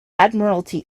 admiralty